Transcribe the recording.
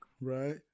right